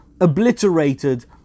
obliterated